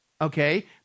okay